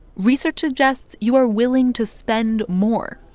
research suggests you are willing to spend more.